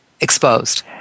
exposed